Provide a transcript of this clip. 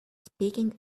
speaking